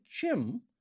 Jim